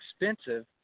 expensive